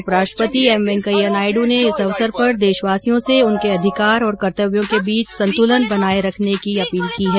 उपराष्ट्रपति एम वैंकेया नायडू ने इस अवसर पर देशवासियों से उनके अधिकार और कर्तव्यों के बीच संतुलन बनाए रखने की अपील की है